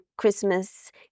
Christmas